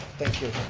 thank you.